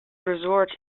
resort